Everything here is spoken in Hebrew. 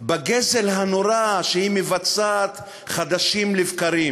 בגזל הנורא שהיא מבצעת חדשים לבקרים.